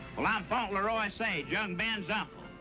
well, i'm fauntleroy sage, young ben's uncle.